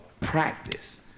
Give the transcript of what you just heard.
practice